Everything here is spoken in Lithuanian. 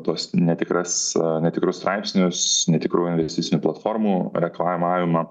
tos netikras netikrus straipsnius netikrų investicinių platformų reklamavimą